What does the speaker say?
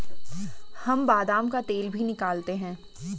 हम बादाम का तेल भी निकालते हैं